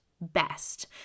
best